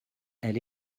elle